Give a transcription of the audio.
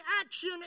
action